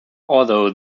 although